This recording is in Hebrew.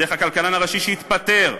דרך הכלכלן הראשי שהתפטר,